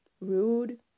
rude